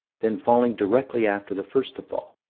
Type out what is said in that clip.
then falling directly after the first to fall.